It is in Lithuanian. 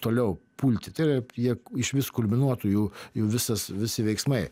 toliau pulti tai yra jie išvis kulminuotų jų jų visas visi veiksmai